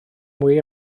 mwy